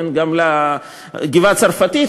לגבעה-הצרפתית,